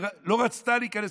לא רצתה להיכנס,